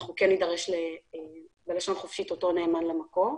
אנחנו כן נידרש לאותו נאמן במקור.